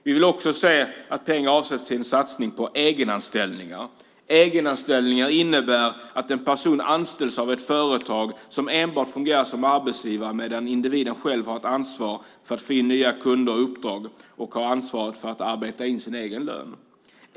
Vi vill också se att pengar avsätts till en satsning på egenanställningar. Egenanställningar innebär att en person anställs av ett företag som enbart fungerar som arbetsgivare, medan individen själv har ett ansvar för att få in nya kunder och uppdrag och har ansvaret för att arbeta in sin egen lön.